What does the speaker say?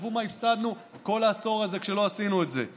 תחשבו מה הפסדנו בכל העשור הזה שלא עשינו את זה.